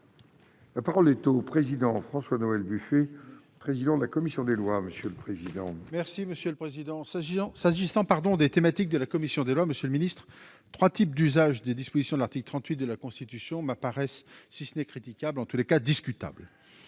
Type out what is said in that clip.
La parole est au président François Noël Buffet, président de la commission des lois, monsieur le président. Merci monsieur le président, s'agissant, s'agissant, pardon, des thématiques de la commission des lois, monsieur le ministre, 3 types d'usage des dispositions de l'article 38 de la Constitution m'apparaissent, si ce n'est critiquable en tous les cas discutables,